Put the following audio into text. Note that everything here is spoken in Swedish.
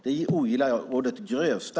Det ogillar jag å det grövsta.